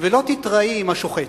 ולא תתראי עם השוחט.